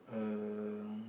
uh